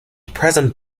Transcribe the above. present